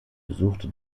besuchte